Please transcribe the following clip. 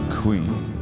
queen